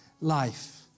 life